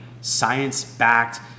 science-backed